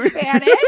Spanish